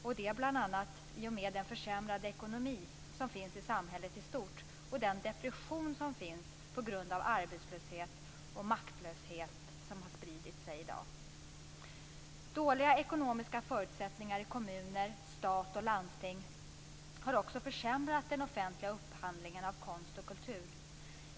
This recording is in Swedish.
Det beror bl.a. på en försämrad ekonomi i samhället i stort och den depression som råder på grund av arbetslöshet och maktlöshet som har spridit sig i dag. Dåliga ekonomiska förutsättningar i kommuner, stat och landsting har också försämrat den offentliga upphandlingen av konst och kultur.